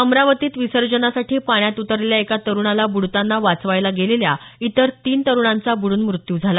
अमरावतीत विसर्जनासाठी पाण्यात उतरलेल्या एका तरुणाला बुडताना वाचवायला गेलेल्या इतर तीन तरुणांचा बुडून मृत्यू झाला